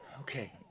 Okay